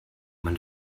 man